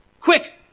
Quick